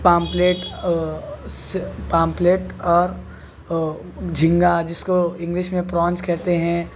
پاپلیٹ پاپلیٹ اور جھینگا جس کو انگلش میں پرونس کہتے ہیں